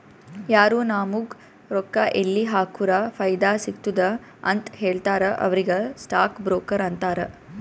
ಯಾರು ನಾಮುಗ್ ರೊಕ್ಕಾ ಎಲ್ಲಿ ಹಾಕುರ ಫೈದಾ ಸಿಗ್ತುದ ಅಂತ್ ಹೇಳ್ತಾರ ಅವ್ರಿಗ ಸ್ಟಾಕ್ ಬ್ರೋಕರ್ ಅಂತಾರ